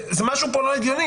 זה משהו פה לא הגיוני.